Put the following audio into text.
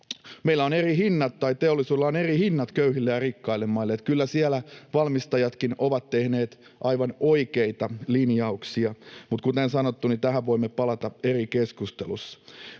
Rokotevalmistus: Teollisuudella on eri hinnat köyhille ja rikkaille maille, eli kyllä siellä valmistajatkin ovat tehneet aivan oikeita linjauksia. Mutta kuten sanottu, tähän voimme palata eri keskustelussa.